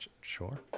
Sure